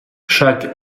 chaque